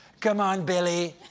come on, billy,